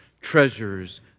treasures